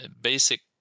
basic